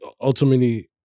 ultimately